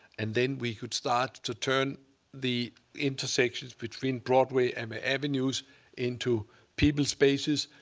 and then we could start to turn the intersections between broadway and the avenues into people spaces.